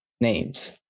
names